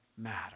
matter